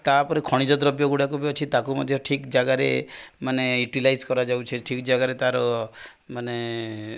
ତାପରେ ଖଣିଜ ଦ୍ରବ୍ୟ ଗୁଡ଼ାକ ବି ଅଛି ତାକୁ ମଧ୍ୟ ଠିକ୍ ଜାଗାରେ ମାନେ ୟୁଟିଲାଇଜ୍ କରାଯାଉଛି ଠିକ୍ ଜାଗାରେ ତାର ମାନେ